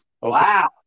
Wow